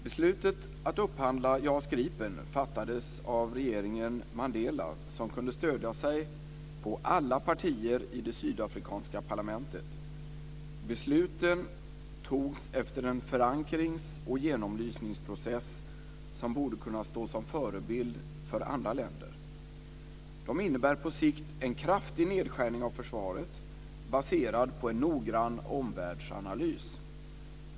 Beslutet att upphandla JAS Gripen fattades av regeringen Mandela, som kunde stödja sig på alla partier i det sydafrikanska parlamentet. Besluten togs efter en förankrings och genomlysningsprocess som borde kunna stå som förebild för andra länder. De innebär på sikt en kraftig nedskärning av försvaret, baserad på en noggrann omvärldsanalys.